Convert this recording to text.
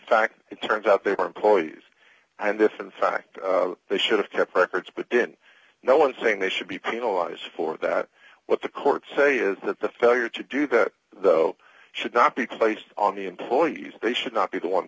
fact it turns out they were employees and if in fact they should have kept records but didn't no one saying they should be penalized for that what the courts say is that the failure to do that though should not be placed on the employees they should not be the one